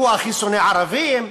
שהוא הכי שונא ערבים.